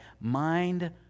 mind